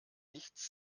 nichts